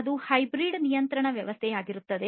ಅದು ಹೈಬ್ರಿಡ್ ನಿಯಂತ್ರಣ ವ್ಯವಸ್ಥೆಯಾಗಿರುತ್ತದೆ